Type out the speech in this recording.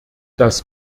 das